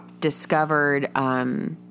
discovered